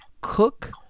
Cook